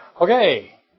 Okay